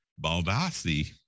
Baldassi